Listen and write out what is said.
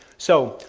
so,